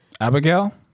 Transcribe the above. Abigail